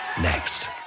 Next